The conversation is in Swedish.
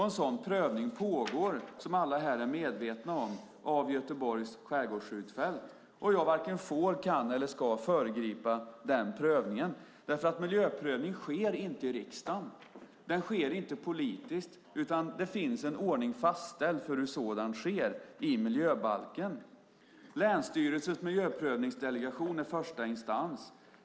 En sådan prövning pågår, vilket alla här är medvetna om, av Göteborgs skärgårdsskjutfält. Jag varken får, kan eller ska föregripa den prövningen. Miljöprövningen sker inte i riksdagen. Den sker inte politiskt, utan det finns en ordning fastställd i miljöbalken för hur en sådan sker. Länsstyrelsens miljöprövningsdelegation är första instans.